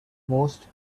most